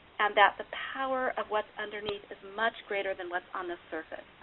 and that the power of what's underneath is much greater than what's on the surface.